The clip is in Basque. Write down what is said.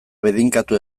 bedeinkatu